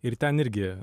ir ten irgi